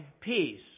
peace